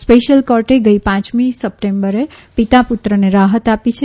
special કોર્ટે ગઇ પાંચમી સપ્ટેમ્બરે પિતાપુત્રને રાહત આપી છે